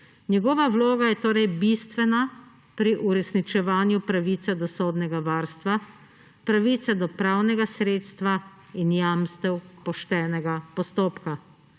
Njegova vloga je torej bistvena pri uresničevanju pravice do sodnega varstva, pravice do pravnega sredstva in jamstev poštenega postopka.